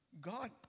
God